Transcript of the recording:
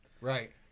Right